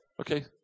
okay